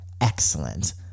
excellent